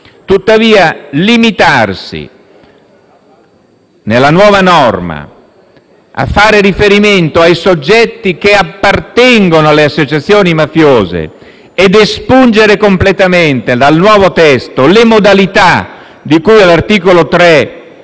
Tuttavia limitarsi, nella nuova norma, a fare riferimento ai soggetti che appartengono alle associazioni mafiose ed espungere completamente dal nuovo testo le modalità di cui al comma 3